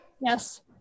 Yes